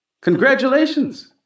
Congratulations